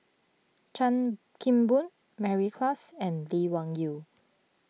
Chan Kim Boon Mary Klass and Lee Wung Yew